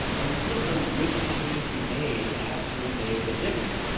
and you don't know which change you made actually made the difference.